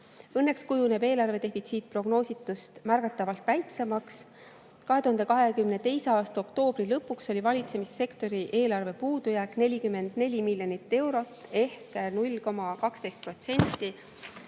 Õnneks kujuneb eelarvedefitsiit prognoositust märgatavalt väiksemaks. 2022. aasta oktoobri lõpuks oli valitsemissektori eelarve puudujääk 44 miljonit eurot ehk 0,12%